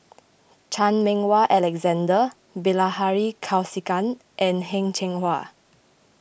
Chan Meng Wah Alexander Bilahari Kausikan and Heng Cheng Hwa